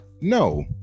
no